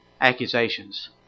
accusations